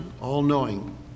all-knowing